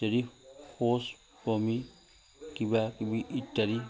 যদি শৌচ বমি কিবাকিবি ইত্যাদি